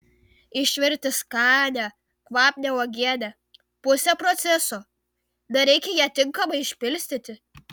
išvirti skanią kvapnią uogienę pusė proceso dar reikia ją tinkamai išpilstyti